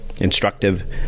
instructive